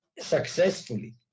successfully